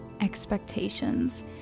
expectations